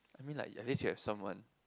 I mean like at least you have someone